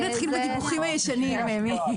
בואו נתחיל בדיווחים הישנים.